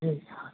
ठीक हाँ